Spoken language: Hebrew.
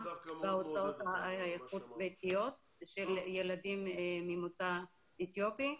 בהוצאות החוץ ביתיות של ילדים ממוצא אתיופי.